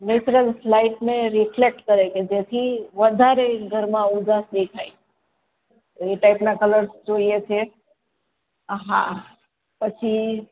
natural લાઇટને reflect કરે કે જેથી વધારે ઘરમાં ઉજાસ દેખાય એ ટાઇપના કલર્સ જોઈએ છે હા પછી